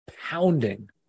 pounding